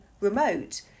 remote